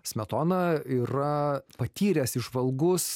smetona yra patyręs įžvalgus